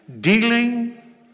dealing